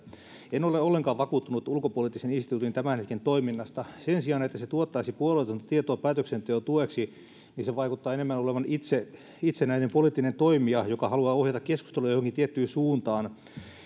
en ole ollenkaan vakuuttunut ulkopoliittisen instituutin tämän hetken toiminnasta sen sijaan että se tuottaisi puolueetonta tietoa päätöksenteon tueksi niin se vaikuttaa enemmän olevan itse itsenäinen poliittinen toimija joka haluaa ohjata keskusteluja johonkin tiettyyn suuntaan